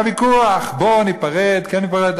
היה ויכוח: בואו ניפרד, כן, ניפרד.